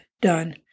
done